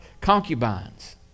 concubines